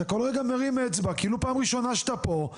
אני מבקש רגע לדעת גברת משש,